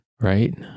right